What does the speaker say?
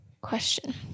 question